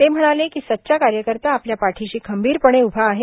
ते म्हणाले खी सच्चा कार्यकर्ता आपल्या पाठीशी खंबीरपणे उभा आहे